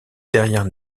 derrière